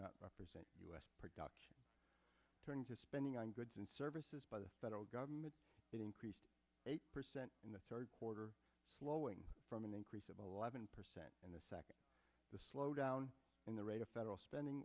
not represent us production turn to spending on goods and services by the federal government increased eight percent in the third quarter slowing from an increase of alive and percent in the second the slowdown in the rate of federal spending